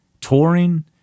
touring